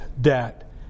debt